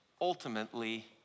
ultimately